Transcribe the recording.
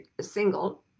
single